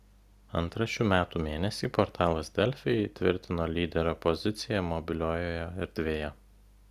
antrą šių metų mėnesį portalas delfi įtvirtino lyderio poziciją mobiliojoje erdvėje